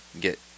get